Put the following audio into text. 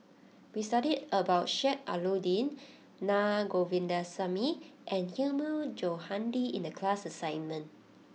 we studied about Sheik Alau'ddin Naa Govindasamy and Hilmi Johandi in the class assignment